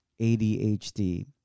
ADHD